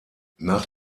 nach